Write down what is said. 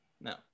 No